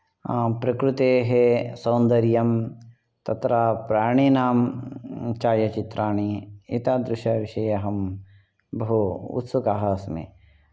प्रकृतेः सौन्दर्यं तत्र प्राणिनां छायाचित्राणि एतादृशविषये अहं बहु उत्सुकः अस्मि